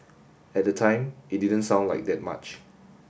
at the time it didn't sound like that much